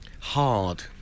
Hard